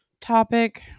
topic